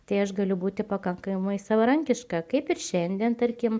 tai aš galiu būti pakankamai savarankiška kaip ir šiandien tarkim